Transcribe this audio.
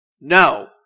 no